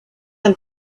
elle